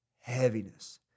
heaviness